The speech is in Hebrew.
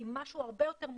היא משהו הרבה יותר מורכב,